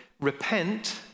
repent